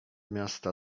miasta